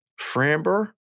Framber